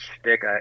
stick